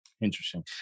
Interesting